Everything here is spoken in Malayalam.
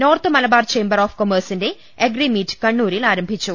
നോർത്ത് മലബാർ ചേംമ്പർ ഓഫ് കൊമേഴ്സിന്റെ അഗ്രി മീറ്റ് കണ്ണൂരിൽ ആരംഭിച്ചു